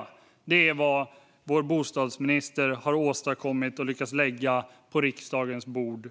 Och det är vad vår bostadsminister har åstadkommit och lyckats lägga på riksdagens bord